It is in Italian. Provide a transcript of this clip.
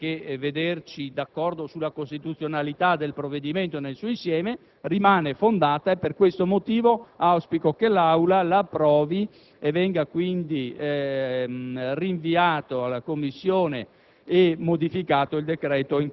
stralciato, non potremmo che essere d'accordo sulla costituzionalità del provvedimento nel suo insieme. La questione rimane tuttavia fondata e, per questo motivo, auspico che l'Aula la approvi e che venga quindi rinviato in Commissione